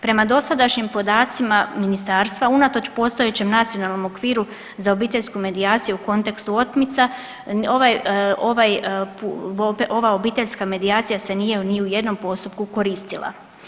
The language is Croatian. Prema dosadašnjim podacima ministarstva unatoč postojećem nacionalnom okviru za obiteljsku medijaciju u kontekstu otmica ova obiteljska medijacija se nije ni u jednom postupku koristila.